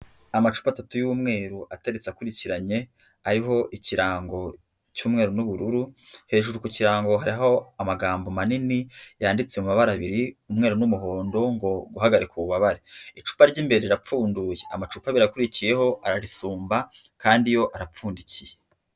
Amacupa atatu y'umweru ateretse akurikiranye ariho ikirango cy'umweru n'ubururu hejuru ku kirango hariho amagambo manini yanditse mu mabara abiri umweru n'umuhondo ngo guhagarika ububabare icupa ry'imbere rirapfunduye amacupa abiri akurikiyeho ararisumba kandi yo arapfundikiye.